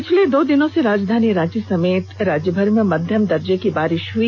पिछले दो दिनों से राजधानी रांची समेत पूरे राज्यभर में मध्यम दर्जे की बारिष हुई